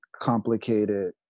complicated